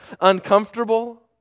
uncomfortable